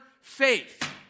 faith